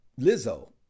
Lizzo